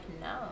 no